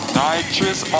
nitrous